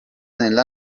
nella